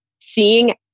seeing